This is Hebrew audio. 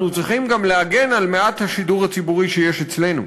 אנחנו צריכים גם להגן על מעט השידור הציבורי שיש אצלנו.